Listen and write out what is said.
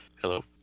Hello